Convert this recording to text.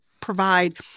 provide